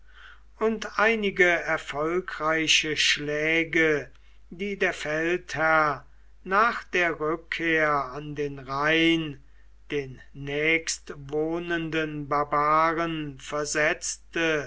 und einige erfolgreiche schläge die der feldherr nach der rückkehr an den rhein den nächstwohnenden barbaren versetzte